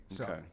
Okay